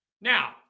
Now